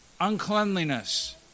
uncleanliness